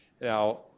Now